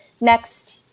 next